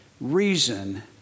reason